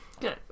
Good